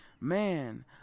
Man